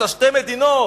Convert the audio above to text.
את שתי המדינות,